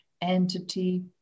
entity